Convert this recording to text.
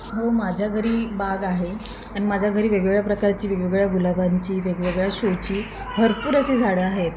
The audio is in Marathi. हो माझ्या घरी बाग आहे आणि माझ्या घरी वेगवेगळ्या प्रकारची वेगवेगळ्या गुलाबांची वेगवेगळ्या शोची भरपूर अशी झाडं आहेत